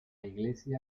iglesia